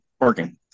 working